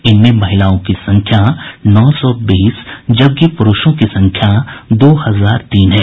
इनमें महिलाओं की संख्या नौ सौ बीस जबकि पुरूषों की संख्या दो हजार तीन है